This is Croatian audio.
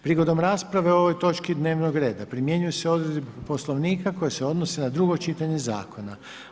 Prigodom rasprave o ovoj točci dnevnog reda primjenjuju se odredbe Poslovnika koje se odnose na drugo čitanje zakona.